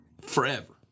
forever